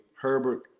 Herbert